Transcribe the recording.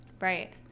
Right